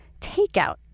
takeout